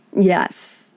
Yes